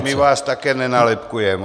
My vás také nenálepkujeme.